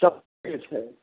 तब ठीक छै